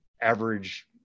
average